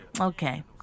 Okay